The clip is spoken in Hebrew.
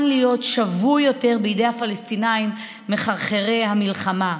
להיות שבוי יותר בידי הפלסטינים מחרחרי המלחמה.